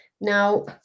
Now